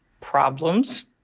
problems